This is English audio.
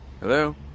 Hello